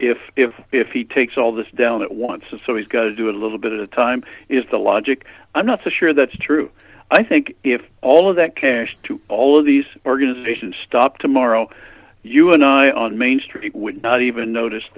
if if if he takes all this down at once so he's got to do a little bit at a time is the logic i'm not so sure that's true i think if all of that cash to all of these organizations stop tomorrow you and i on main street would not even notice